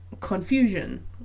confusion